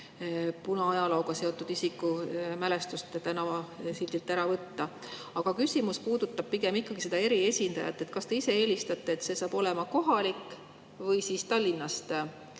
punaajalooga seotud isiku mälestust tänavasildilt ära võtta. Aga küsimus puudutab pigem seda eriesindajat. Kas te ise eelistate, et see oleks kohalik või Tallinnast